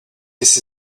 this